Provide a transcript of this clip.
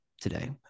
today